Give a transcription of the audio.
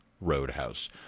Roadhouse